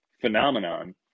phenomenon